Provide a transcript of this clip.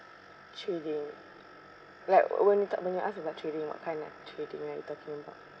trading like when you talk when you ask about trading what kind of trading are you talking about